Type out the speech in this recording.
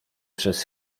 przez